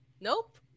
Nope